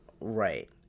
Right